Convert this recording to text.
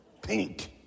Pink